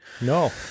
No